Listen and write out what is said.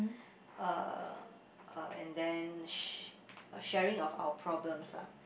uh uh and then sh~ sharing of our problems lah